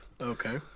Okay